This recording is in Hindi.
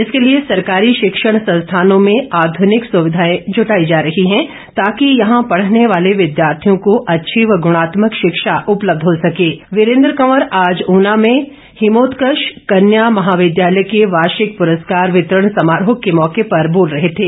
इसके लिए सरकारी शिक्षण संस्थानों में आध्रनिक सुविधाएं जुटाई जा रही है तांकि यहां पढ़ने वाले विद्यार्थियों को अच्छी व गुणात्मक शिक्षा उपलब्ध हो सके वीरेन्द्र कवर आज उना में हिमोत्कर्ष कन्या महाविद्यालय के वार्षिक पुरस्कार वितरण समारोह के मौके पर बोल रहे थे